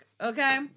Okay